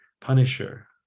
punisher